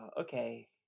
Okay